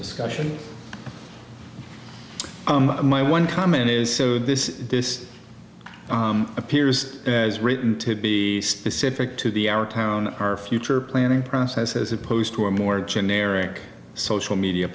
discussion my one comment is so this is this appears as written to be specific to the our town our future planning process as opposed to a more generic social media